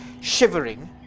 shivering